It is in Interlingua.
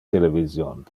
television